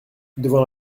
devant